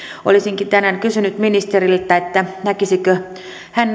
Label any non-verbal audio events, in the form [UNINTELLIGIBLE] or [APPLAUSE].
olisinkin tänään kysynyt ministeriltä näkisikö hän [UNINTELLIGIBLE]